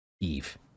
Eve